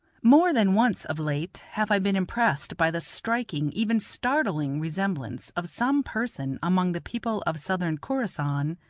more than once of late have i been impressed by the striking, even startling, resemblance of some person among the people of southern khorassan,